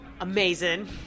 amazing